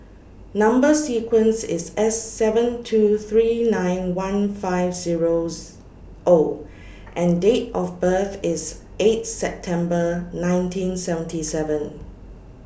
Number sequence IS S seven two three nine one five zeros O and Date of birth IS eight September nineteen seventy seven